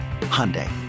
Hyundai